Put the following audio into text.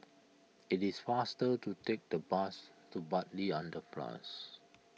it is faster to take the bus to Bartley Underpass